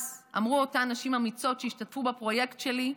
אז אמרו אותן נשים אמיצות שהשתתפו בפרויקט שלי: